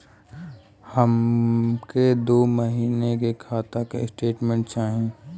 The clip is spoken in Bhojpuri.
हमके दो महीना के खाता के स्टेटमेंट चाही?